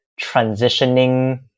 transitioning